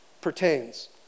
pertains